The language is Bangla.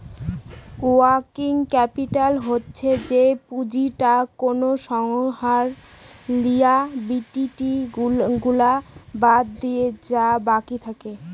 ওয়ার্কিং ক্যাপিটাল হচ্ছে যে পুঁজিটা কোনো সংস্থার লিয়াবিলিটি গুলা বাদ দিলে যা বাকি থাকে